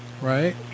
Right